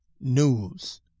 news